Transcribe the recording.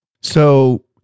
So-